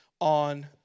on